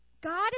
God